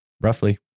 roughly